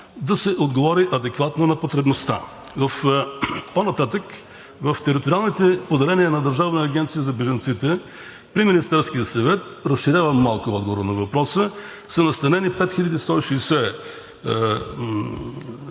да се отговори адекватно на потребността. По-нататък, в териториалните поделения на Държавна агенция за бежанците при Министерския съвет, разширявам малко отговора на въпроса – има 5160